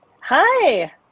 Hi